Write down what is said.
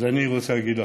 אז אני רוצה להגיד לכם,